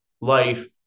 life